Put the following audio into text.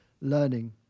learning